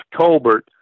Colbert